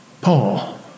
Paul